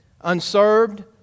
unserved